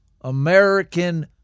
American